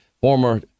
former